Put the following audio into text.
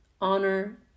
honor